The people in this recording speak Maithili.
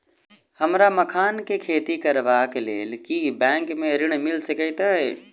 हमरा मखान केँ खेती करबाक केँ लेल की बैंक मै ऋण मिल सकैत अई?